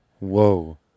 Whoa